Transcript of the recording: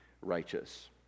righteous